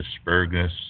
asparagus